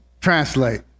translate